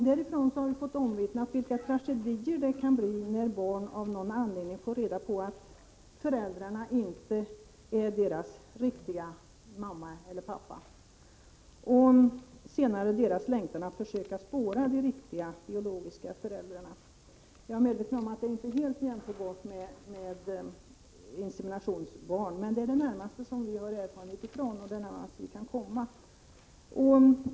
Därifrån har vi fått omvittnat vilka tragedier det kan bli när barn av någon anledning får reda på att föräldrarna inte är deras riktiga mamma och pappa, liksom deras längtan senare att försöka spåra de biologiska föräldrarna. Jag är medveten om att detta inte är helt jämförbart med inseminationsbarn, men det är det närmaste vi kan komma.